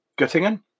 Göttingen